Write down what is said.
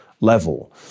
level